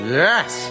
yes